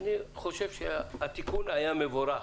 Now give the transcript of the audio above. אני חושב שהתיקון היה מבורך,